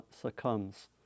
succumbs